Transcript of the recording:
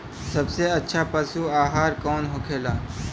सबसे अच्छा पशु आहार कौन होखेला?